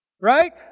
Right